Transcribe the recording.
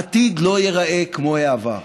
העתיד לא ייראה כמו העבר.